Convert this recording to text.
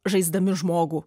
žaisdami žmogų